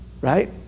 Right